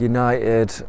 United